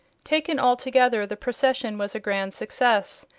taken altogether the procession was a grand success,